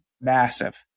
massive